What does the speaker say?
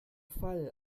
fall